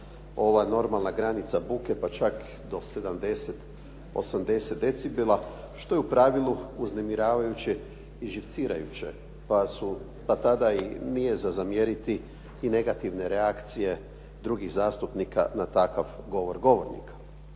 ova normalna granica buke pa čak do 70, 80 decibela što je u pravilu uznemiravajuće i živcirajuće, pa tada i nije za zamjeriti i negativne reakcije drugih zastupnika na takav govor govornika.